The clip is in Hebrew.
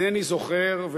אינני זוכר,